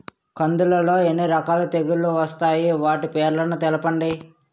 కందులు లో ఎన్ని రకాల తెగులు వస్తాయి? వాటి పేర్లను తెలపండి?